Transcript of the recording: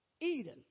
Eden